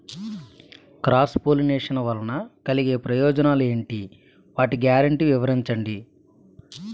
Cross pollination వలన కలిగే ప్రయోజనాలు ఎంటి? వాటి గ్యారంటీ వివరించండి?